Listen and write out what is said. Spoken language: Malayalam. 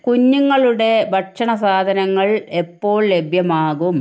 കുഞ്ഞുങ്ങളുടെ ഭക്ഷണ സാധനങ്ങൾ എപ്പോൾ ലഭ്യമാകും